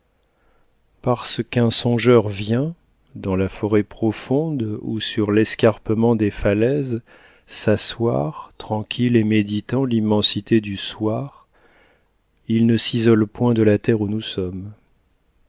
parce qu'un songeur vient dans la forêt profonde ou sur l'escarpement des falaises s'asseoir tranquille et méditant l'immensité du soir il ne s'isole point de la terre où nous sommes